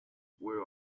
where